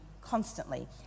constantly